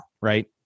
right